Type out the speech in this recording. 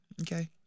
Okay